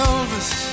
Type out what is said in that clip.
Elvis